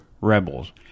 Rebels